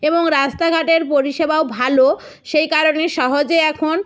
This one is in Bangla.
এবং রাস্তাঘাটের পরিষেবাও ভালো সেই কারণে সহজে এখন